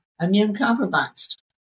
immune-compromised